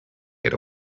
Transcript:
get